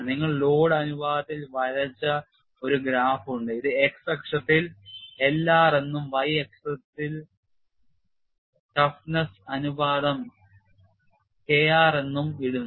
നിങ്ങൾക്ക് ലോഡ് അനുപാതത്തിൽ വരച്ച ഒരു ഗ്രാഫ് ഉണ്ട് ഇത് x അക്ഷത്തിൽ L r എന്നും y അക്ഷത്തിൽ toughness അനുപാതം K r എന്നും ഇടുന്നു